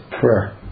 prayer